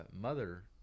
mother